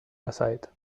aside